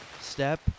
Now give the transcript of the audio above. step